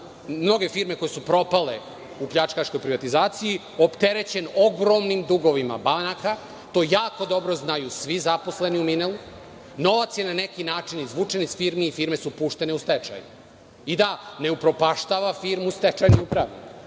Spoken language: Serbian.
mnoge firme koje su propale u pljačkaškoj privatizaciji opterećen ogromnim dugovima banaka, to jako dobro znaju svi zaposleni u „Minelu“. Novac je na neki način izvučen iz firmi i firme su puštene u stečaj i da ne upropaštava firmu stečajni upravnik.